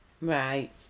Right